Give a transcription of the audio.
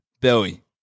Billy